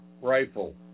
rifle